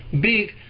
big